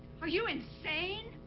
are you insane?